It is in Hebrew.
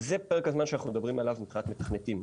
זה פרק הזמן שאנחנו מדברים עליו מבחינת מתכנתים,